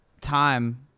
time